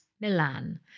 Milan